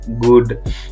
Good